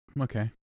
okay